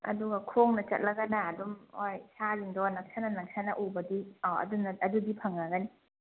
ꯑꯗꯨꯒ ꯈꯣꯡꯅ ꯆꯠꯂꯒꯅ ꯑꯗꯨꯝ ꯍꯣꯏ ꯁꯥꯁꯤꯡꯗꯣ ꯅꯛꯁꯟꯅ ꯅꯛꯁꯟꯅ ꯎꯕꯗꯤ ꯑꯧ ꯑꯗꯨꯅ ꯑꯗꯨꯗꯤ ꯐꯪꯂꯒꯅꯤ